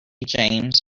james